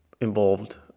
involved